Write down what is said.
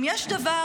אם יש דבר